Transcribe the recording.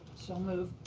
so move.